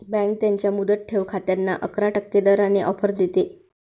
bank त्यांच्या मुदत ठेव खात्यांना अकरा टक्के दराने ऑफर देते